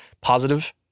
positive